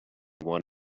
want